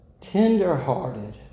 Tender-hearted